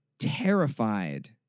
terrified